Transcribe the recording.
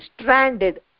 stranded